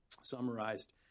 summarized